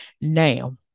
now